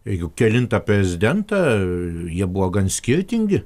jau kelintą prezidentą jie buvo gan skirtingi